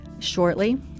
shortly